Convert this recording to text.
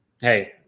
hey